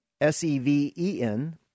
S-E-V-E-N